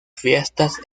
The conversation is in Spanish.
fiestas